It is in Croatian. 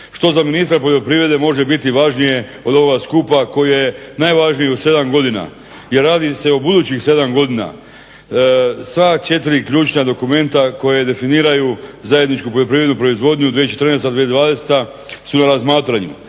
što za ministra poljoprivrede može biti važnije od ovoga skupa koji je najvažniji u sedam godina jer radi se o budućih sedam godina. Sva četiri ključna dokumenta koje definiraju zajedničku poljoprivrednu proizvodnju 2014.-2020. Su na razmatranju,